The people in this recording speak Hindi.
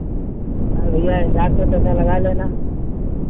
अरे भैया हिसाब से पैसा लगा लेना